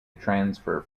transfer